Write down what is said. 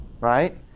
right